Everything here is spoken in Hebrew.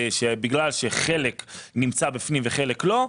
בגלל שחלק נמצא בפנים וחלק לא,